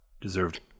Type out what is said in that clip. deserved